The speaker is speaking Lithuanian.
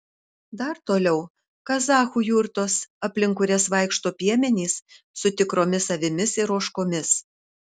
dar toliau kazachų jurtos aplink kurias vaikšto piemenys su tikromis avimis ir ožkomis